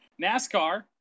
NASCAR